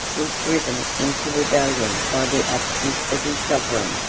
was driven into rebellion by the absence of his sovereign,